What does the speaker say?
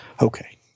Okay